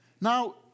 now